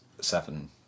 seven